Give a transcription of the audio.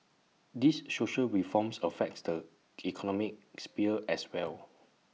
these social reforms affects the economic sphere as well